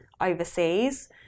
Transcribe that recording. overseas